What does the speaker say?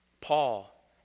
Paul